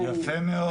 יפה מאוד.